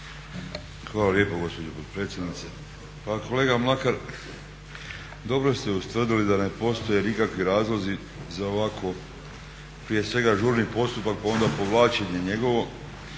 Hvala lijepo gospođo potpredsjednice. Pa kolega Mlakar dobro ste ustvrdili da ne postoje nikakvi razlozi za ovako, prije svega žurni postupak pa onda povlačenje njegovo